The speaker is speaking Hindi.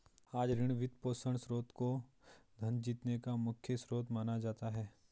आज ऋण, वित्तपोषण स्रोत को धन जीतने का मुख्य स्रोत माना जाता है